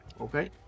Okay